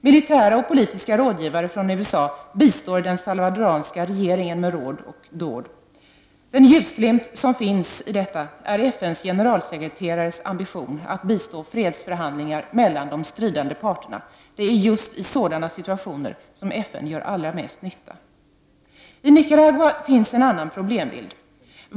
Militära och politiska rådgivare från USA bistår den salvadoranska regeringen med råd och dåd. Den ljusglimt som finns i detta är FN:s generalsekreterares ambition att bistå fredsförhandlingar mellan de stridande parterna. Det är just i sådana situationer som FN gör allra mest nytta. I Nicaragua finns en annan problembild.